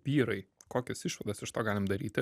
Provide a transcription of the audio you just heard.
vyrai kokias išvadas iš to galim daryti